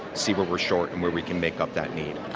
see where we're short and where we can make up that need.